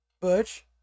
Butch